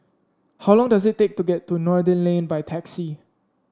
how long does it take to get to Noordin Lane by taxi